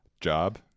job